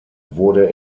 wurde